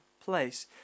place